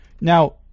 Now